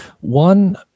One